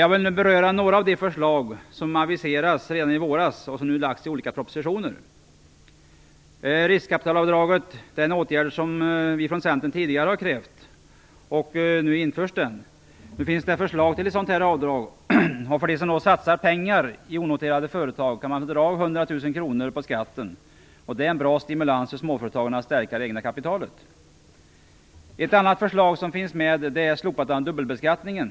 Jag vill beröra några av de förslag som aviserades redan i våras och som nu har lagts fram i olika propositioner. Riskkapitalavdraget är en åtgärd som vi från Centern tidigare har krävt, och nu införs den. Nu finns det förslag till ett sådant avdrag. De som satsar pengar i onoterade företag kan nu få dra 100 000 kr på skatten. Det är en bra stimulans för småföretagen att stärka det egna kapitalet. Ett annat förslag som finns med är slopandet av dubbelbeskattningen.